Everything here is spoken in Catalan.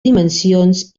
dimensions